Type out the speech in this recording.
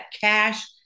cash